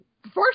First